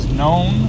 known